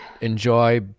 enjoy